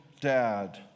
dad